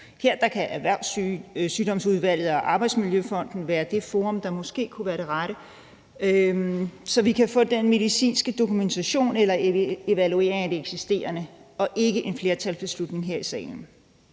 Her kan Erhvervssygdomsudvalget og Arbejdsmiljøforskningsfonden være det forum, der måske kunne være det rette, så vi kan få den medicinske dokumentation eller evaluering af det eksisterende – og ikke en flertalsbeslutning her i salen.